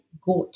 got